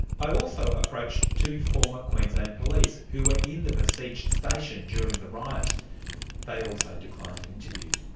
i also approached two former queensland police who were in the besieged station during the riot they also declined an interview.